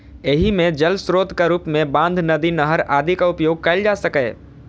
एहि मे जल स्रोतक रूप मे बांध, नदी, नहर आदिक उपयोग कैल जा सकैए